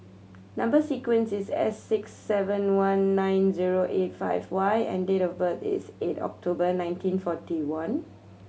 number sequence is S six seven one nine zero eight five Y and date of birth is eight October nineteen forty one